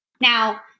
Now